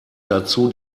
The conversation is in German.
dazu